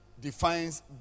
defines